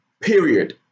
period